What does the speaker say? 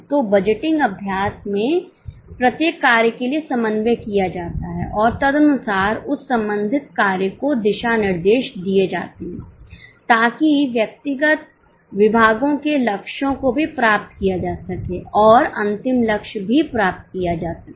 तो बजटिंग अभ्यास में प्रत्येक कार्य के लिए समन्वय किया जाता है और तदनुसार उस संबंधित कार्य को दिशा निर्देश दिए जाते हैं ताकि व्यक्तिगत विभागों के लक्ष्यों को भी प्राप्त किया जा सके और अंतिम लक्ष्य भी प्राप्त किया जा सके